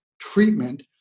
treatment